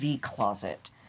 closet